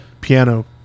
piano